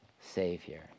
Savior